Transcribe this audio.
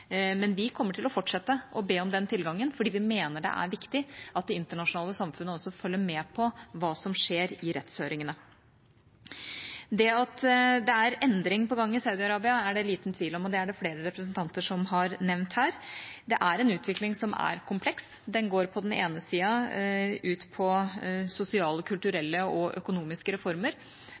Men vi kommer til å fortsette å be om den tilgangen, for vi mener det er viktig at det internasjonale samfunnet også følger med på hva som skjer i rettshøringene. Det at det er endring på gang i Saudi-Arabia, er det liten tvil om, og det er det flere representanter som har nevnt her. Det er en utvikling som er kompleks. På den ene sida går det ut på sosiale, kulturelle og økonomiske reformer.